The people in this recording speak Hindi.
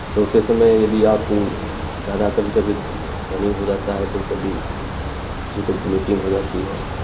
दौड़ते समय यदि आप ज़्यादा कभी कभी रनिंग हो जाता है तो कभी किसी को भोमिटिंग हो जाती है